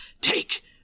take